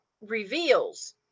reveals